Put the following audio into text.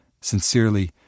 Sincerely